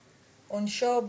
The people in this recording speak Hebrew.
עונשו,